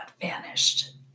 vanished